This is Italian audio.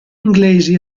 inglesi